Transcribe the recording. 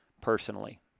personally